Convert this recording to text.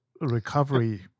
recovery